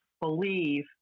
believe